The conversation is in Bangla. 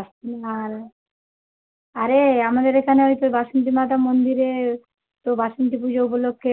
আসছো না আর আরে আমাদের এখানে ওই যে বাসন্তী মাতার মন্দিরে তো বাসন্তী পুজো উপলক্ষে